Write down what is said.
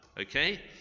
okay